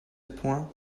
point